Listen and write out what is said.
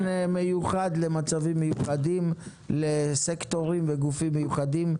באופן מיוחד למצבים מיוחדים לסקטורים וגופים מיוחדים,